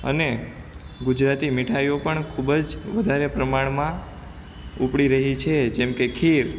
અને ગુજરાતી મીઠાઈઓ પણ ખૂબ જ વધારે પ્રમાણમાં ઉપડી રહી છે જેમકે ખીર